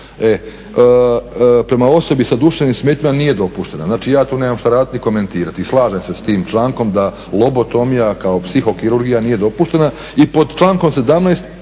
Prema osobi sa duševnim smetnjama nije dopuštena. Znači ja tu nemam šta raditi ni komentirati. I slažem se s tim člankom da lobotomija kao psihokirurgija nije dopuštena. I pod člankom 17.